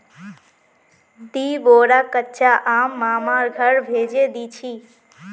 दी बोरा कच्चा आम मामार घर भेजे दीछि